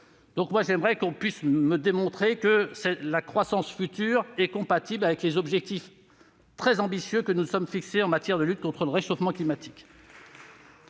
économie. J'aimerais que l'on me prouve que la croissance future est compatible avec les objectifs très ambitieux que nous nous sommes fixés en matière de lutte contre le réchauffement climatique.